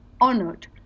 honored